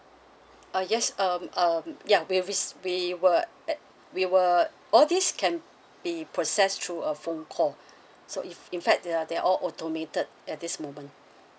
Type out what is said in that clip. uh yes um um ya we is we were at we were all these can be processed through a phone call so if in fact they are they're all automated at this moment